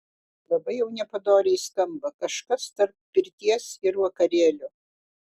labai jau nepadoriai skamba kažkas tarp pirties ir vakarėlio